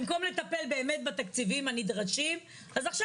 במקום לטפל באמת בתקציבים הנדרשים אז עכשיו